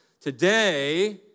Today